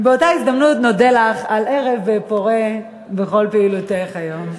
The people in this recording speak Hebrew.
באותה הזדמנות נודה לך על ערב פורה בכל פעילותך היום.